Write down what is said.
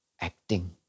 acting